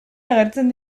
agertzen